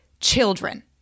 children